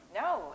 No